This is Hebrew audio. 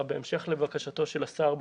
לבקשתו של השר,